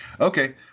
okay